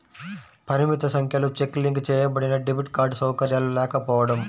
పరిమిత సంఖ్యలో cheque link చేయబడినడెబిట్ కార్డ్ సౌకర్యాలు లేకపోవడం